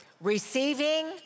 receiving